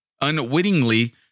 unwittingly